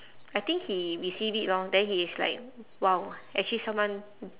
I think he receive it lor then he's like !wow! actually someone